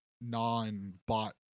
non-bot